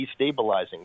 destabilizing